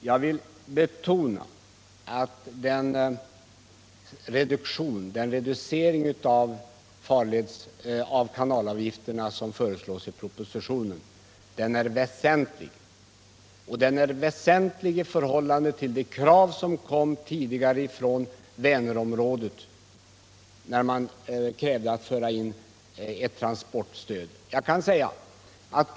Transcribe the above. Jag vill betona att den reducering av kanalavgifterna som föreslås i propositionen är väsentlig, och den är väsentlig i förhållande till de krav på transportstöd som tidigare framfördes från Vänerområdet.